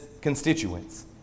constituents